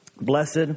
blessed